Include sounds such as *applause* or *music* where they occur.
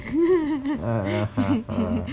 *laughs*